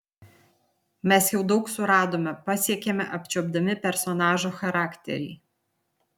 mes jau daug suradome pasiekėme apčiuopdami personažo charakterį